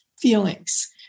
feelings